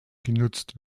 genutzt